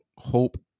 Hope